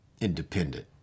independent